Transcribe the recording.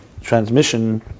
transmission